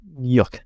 yuck